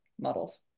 models